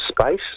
space